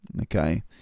okay